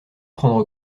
prendre